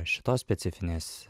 šitos specifinės